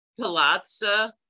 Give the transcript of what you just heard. Palazzo